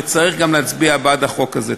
וצריך גם להצביע בעד החוק הזה.